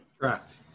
Correct